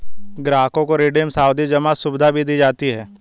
ग्राहकों को रिडीम सावधी जमा सुविधा भी दी जाती है